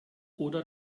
oder